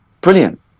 brilliant